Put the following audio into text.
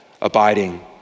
abiding